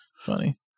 Funny